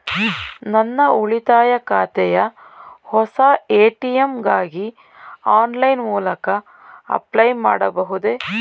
ನನ್ನ ಉಳಿತಾಯ ಖಾತೆಯ ಹೊಸ ಎ.ಟಿ.ಎಂ ಗಾಗಿ ಆನ್ಲೈನ್ ಮೂಲಕ ಅಪ್ಲೈ ಮಾಡಬಹುದೇ?